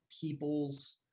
people's